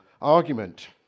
argument